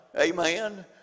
amen